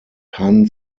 han